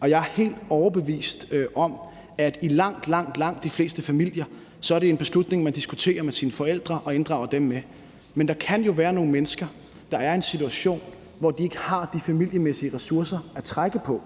og jeg er helt overbevist om, at i langt, langt de fleste familier er det en beslutning, man diskuterer med sine forældre og inddrager dem i. Men der kan jo være nogle mennesker, der er i en situation, hvor de ikke har de familiemæssige ressourcer at trække på,